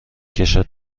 کشد